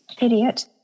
idiot